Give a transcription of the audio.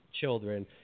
children